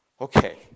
Okay